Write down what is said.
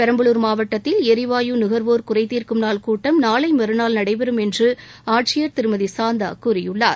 பெரம்பலூர் மாவட்டத்தில் எரிவாயு நுகர்வோர் குறைதீர்க்கும் நாள் கூட்டம் நாளைமறுநாள் நடைபெறும் என்றுஆட்சியர் திருமதிசாந்தாகூறியுள்ளார்